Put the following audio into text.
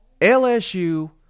LSU